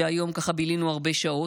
והיום בילינו הרבה שעות,